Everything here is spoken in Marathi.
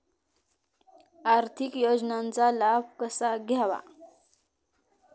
आर्थिक योजनांचा लाभ कसा घ्यावा?